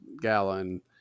Gallon